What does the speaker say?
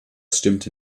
stimmte